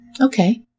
Okay